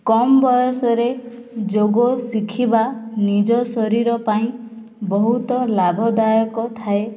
କମ ବୟସରେ ଯୋଗ ଶିଖିବା ନିଜ ଶରୀର ପାଇଁ ବହୁତ ଲାଭଦାୟକ ଥାଏ